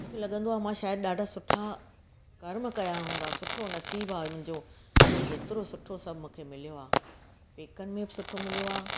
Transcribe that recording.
मूंखे लॻंदो आहे मां शायदि ॾाढा सुठा कर्म कया हूंदा सुठो नसीबु आहे मुंहिंजो जो हेतिरो सुठो सभु मूंखे मिलियो आहे पेकनि में बि सुठो मिलियो आहे